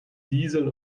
diesel